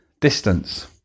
distance